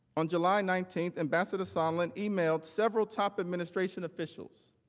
on july nineteenth ambassador sondland emailed several top administration officials,